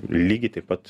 lygiai taip pat